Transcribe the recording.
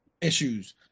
issues